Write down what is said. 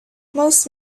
most